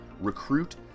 recruit